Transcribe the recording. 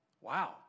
Wow